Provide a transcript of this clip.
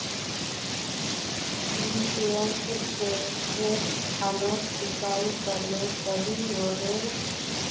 डिरिपयंऋ से खेत खानोक सिंचाई करले सही रोडेर?